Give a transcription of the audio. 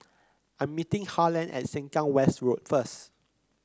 I'm meeting Harland at Sengkang West Road first